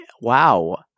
wow